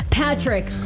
Patrick